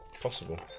possible